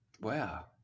Wow